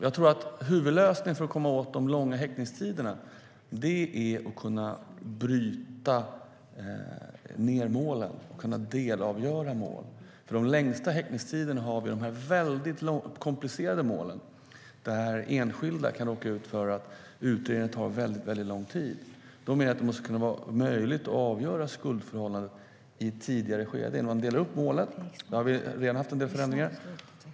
Jag tror att huvudlösningen för att komma åt de långa häktningstiderna är att kunna bryta ned målen och att kunna delavgöra mål. De längsta häktningstiderna har vi i de väldigt komplicerade målen, där enskilda kan råka ut för att utredningen tar lång tid. Då menar jag att det måste kunna vara möjligt att avgöra skuldförhållandet i ett tidigare skede. Man kan dela upp målet, och där har vi redan haft en del förändringar.